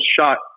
shot